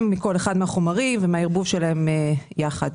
מכל אחד מהחומרים ומהערבוב שלהם יחד.